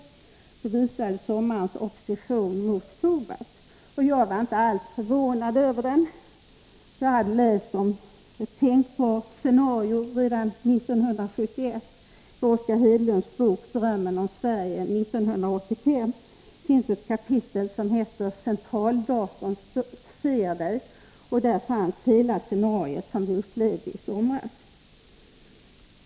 Det visade sommarens opposition mot Fobalt — som jag inte alls var förvånad över. Jag hade läst om ett tänkbart scenario redan 1971. I Oscar Hedlunds bok Drömmen om Sverige 1985 finns ett kapitel som heter Centraldatorn ser dig, och där finns hela det scenario som vi upplevde i somras.